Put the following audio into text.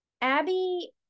Abby